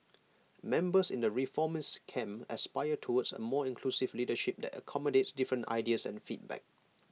members in the reformist camp aspire towards A more inclusive leadership that accommodates different ideas and feedback